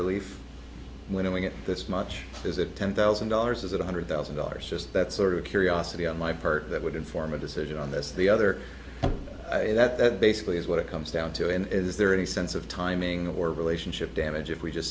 relief when we get this much is it ten thousand dollars is it one hundred thousand dollars just that sort of curiosity on my part that would inform a decision on this the other day that that basically is what it comes down to and is there any sense of timing or relationship damage if we just